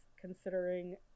considering